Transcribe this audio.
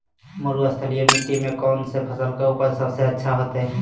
मरुस्थलीय मिट्टी मैं कौन फसल के उपज सबसे अच्छा होतय?